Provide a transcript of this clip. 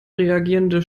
reagierende